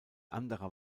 anderer